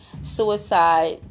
suicide